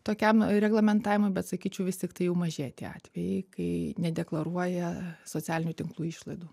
tokiam reglamentavimui bet sakyčiau vis tiktai jau mažėja tie atvejai kai nedeklaruoja socialinių tinklų išlaidų